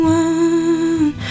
one